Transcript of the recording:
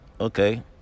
Okay